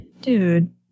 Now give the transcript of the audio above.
Dude